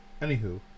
Anywho